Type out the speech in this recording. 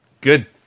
Good